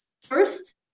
First